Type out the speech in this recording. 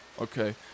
Okay